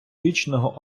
вічного